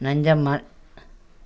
Nanjammal